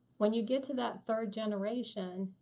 when you get to that third generation,